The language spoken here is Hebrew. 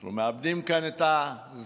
אנחנו מאבדים כאן את הזמנים,